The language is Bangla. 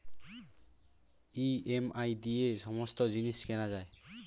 ই.এম.আই দিয়ে সমস্ত জিনিস কেনা যায়